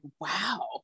wow